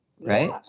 right